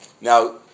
Now